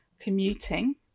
commuting